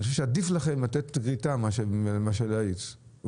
אני חושב שעדיף לכם לתת לגריטה מאשר להאיץ.